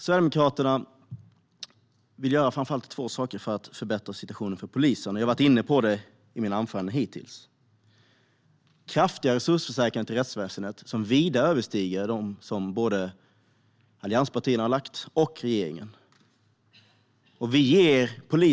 Sverigedemokraterna vill göra framför allt två saker för att förbättra situationen för polisen. Jag har varit inne på dem i mitt anförande. Den första punkten handlar om kraftiga resursförstärkningar till rättsväsendet som vida överstiger de förslag till förstärkningar som både allianspartierna och regeringen har lagt fram.